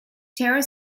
terror